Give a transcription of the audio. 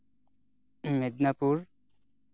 Medinipur